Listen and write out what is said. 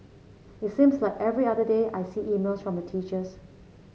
it seems like every other day I see emails from the teachers